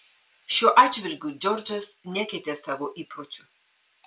šiuo atžvilgiu džordžas nekeitė savo įpročių